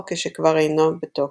או כשכבר איננו בתוקף.